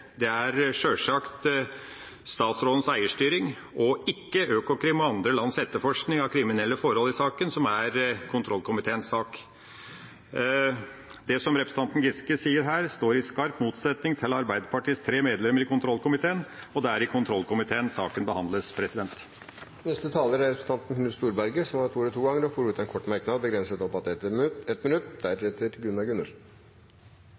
ikke Økokrim og andre lands etterforskning av kriminelle forhold i saken som er kontrollkomiteens sak. Det som representanten Giske her sier, står i skarp motsetning til det fra Arbeiderpartiets tre medlemmer i kontrollkomiteen, og det er i kontrollkomiteen saken behandles. Representanten Knut Storberget har hatt ordet to ganger tidligere og får ordet til en kort merknad, begrenset til 1 minutt. Det var representanten Nordby Lunde som fikk meg til